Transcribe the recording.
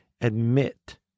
admit